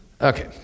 Okay